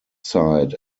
side